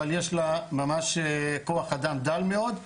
אבל יש לה ממש כוח אדם דל מאוד,